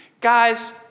Guys